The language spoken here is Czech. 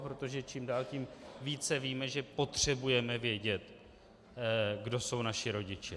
Protože čím dál tím více víme, že potřebujeme vědět, kdo jsou naši rodiče.